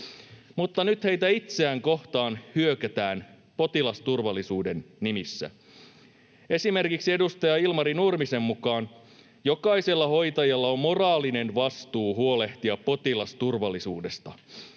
mutta nyt heitä itseään kohtaan hyökätään potilasturvallisuuden nimissä. Esimerkiksi edustaja Ilmari Nurmisen mukaan jokaisella hoitajalla on moraalinen vastuu huolehtia potilasturvallisuudesta.